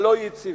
הלא-יציבים,